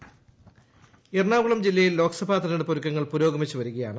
എറണാകുളം എറണാകുളം ജില്ലയിൽ ലോക്സഭാ തെരഞ്ഞെടുപ്പ് ഒരുക്കങ്ങൾ പുരോഗമിച്ചു വരുകയാണ്